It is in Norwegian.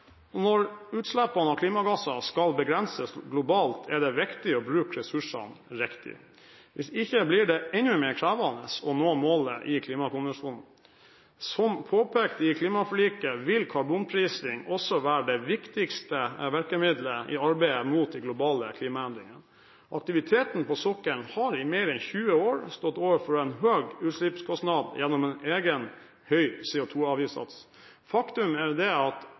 Når utslippene av klimagasser skal begrenses globalt, er det viktig å bruke ressursene riktig. Hvis ikke blir det enda mer krevende å nå målet i klimakonvensjonen. Som påpekt i klimaforliket vil karbonprising også være det viktigste virkemiddelet i arbeidet mot globale klimaendringer. Aktiviteten på sokkelen har i mer enn 20 år stått overfor en høy utslippskostnad gjennom en egen høy CO2-avgiftssats. Faktum er at